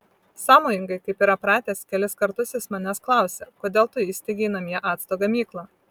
sąmojingai kaip yra pratęs kelis kartus jis manęs klausė kodėl tu įsteigei namie acto gamyklą